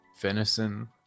venison